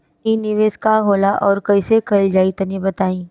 इ निवेस का होला अउर कइसे कइल जाई तनि बताईं?